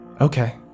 Okay